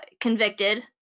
convicted